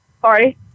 Sorry